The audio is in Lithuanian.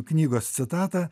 knygos citatą